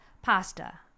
Pasta